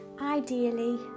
Ideally